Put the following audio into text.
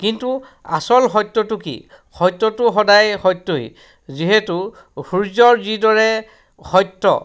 কিন্তু আচল সত্যটো কি সত্যটো সদায় সত্যই যিহেতু সূৰ্যৰ যিদৰে সত্য